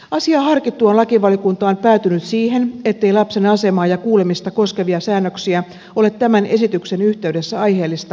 asiaa harkittuaan lakivaliokunta on päätynyt siihen ettei lapsen asemaa ja kuulemista koskevia säännöksiä ole tämän esityksen yhteydessä aiheellista muuttaa